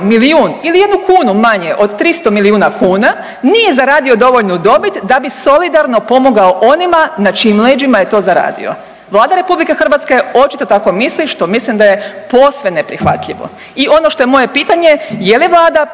milijun ili jednu kunu manje od 300 milijuna kuna nije zaradio dovoljnu dobit da bi solidarno pomogao onima na čijim leđima je to zaradio? Vlada Republike Hrvatske očito tako misli što mislim da je posve neprihvatljivo. I ono što je moje pitanje, je li Vlada